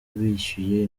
bishyuye